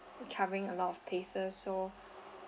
covering a lot of places so